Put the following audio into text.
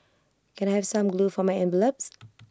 can I have some glue for my envelopes